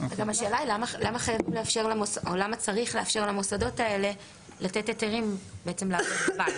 השאלה היא גם: למה צריך לאפשר למוסדות האלה לתת היתרים לעבודה בבית?